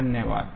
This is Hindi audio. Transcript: धन्यवाद